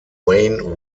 wayne